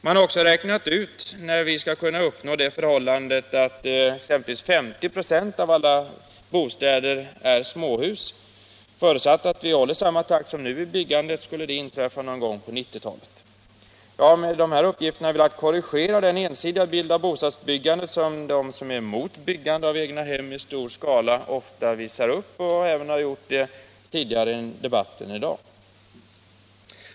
Man har också räknat ut när vi exempelvis skall kunna uppnå det förhållandet att 50 926 av alla bostäder är småhus. Förutsatt att vi håller samma takt som nu i byggandet skulle det inträffa någon gång på 1990-talet. Jag har med de här uppgifterna velat korrigera den ensidiga bild av bostadsbyggandet som de som är emot byggande av egnahem i stor skala ofta visar upp; det har de gjort även i den tidigare debatten i dag.